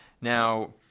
Now